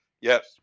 Yes